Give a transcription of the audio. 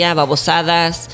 babosadas